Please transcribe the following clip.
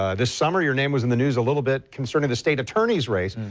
ah this summer your name was in the new as little bit concerning the state attorney's race.